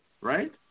Right